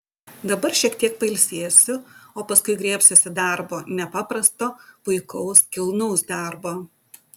dabar šiek tiek pailsėsiu o paskui griebsiuosi darbo nepaprasto puikaus kilnaus darbo